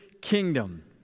kingdom